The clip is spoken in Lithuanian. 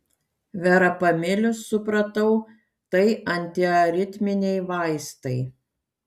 verapamilis supratau tai antiaritminiai vaistai